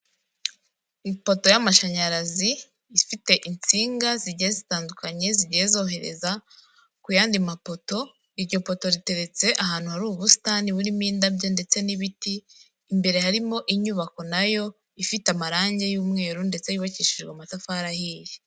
Ifoto y'amashanyarazi ifite insinga zigiye zitandukanye, zigiye zohereza ku yandi mapoto, iryo poto riteretse ahantu hari ubusitani burimo indabyo ndetse n'ibiti, imbere harimo inyubako nayo ifite amarangi y'umweru ndetse yubakishijwe amatafari ahiye.